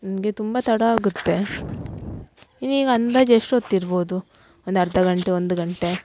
ನನಗೆ ತುಂಬ ತಡ ಆಗುತ್ತೆ ಇನ್ನೀಗ ಅಂದಾಜು ಎಷ್ಟೊತ್ತು ಇರ್ಬೋದು ಒಂದು ಅರ್ಧ ಗಂಟೆ ಒಂದು ಗಂಟೆ